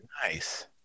Nice